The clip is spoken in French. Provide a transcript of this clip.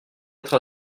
être